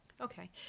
Okay